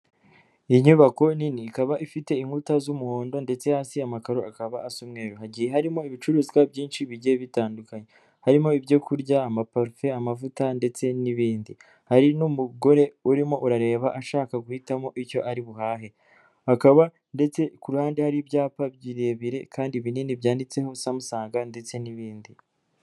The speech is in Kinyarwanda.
Inyubako nini ikaba ifite inkuta z'umuhondo ndetse hasi amakaro akaba asa umweru hagiye harimo ibicuruzwa byinshi bigiye bitandukanye harimo: ibyo kurya, amaparufe, amavuta ndetse n'ibindi. Hari n'umugore urimo urareba ashaka guhitamo icyo ari buhahe, hakaba ndetse kuruhande hari ibyapa birebire kandi binini byanditseho samusanga ndetse n'ibindi.